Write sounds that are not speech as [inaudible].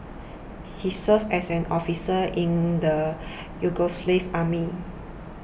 he served as an officer in the [noise] Yugoslav army